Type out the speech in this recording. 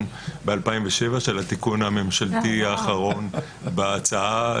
ב-2007 של התיקון הממשלתי האחרון בהצעה,